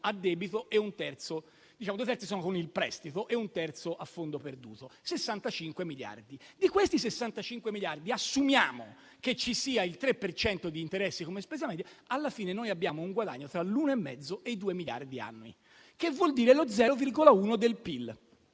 prestito, e un terzo a fondo perduto, e quindi 65 miliardi. Di questi assumiamo che ci sia il 3 per cento di interessi come spesa media e, alla fine, abbiamo un guadagno tra l'1,5 e i 2 miliardi annui, che vuol dire lo 0,1 del PIL.